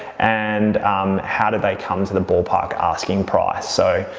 and how did they come to the ballpark asking price? so,